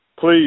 Please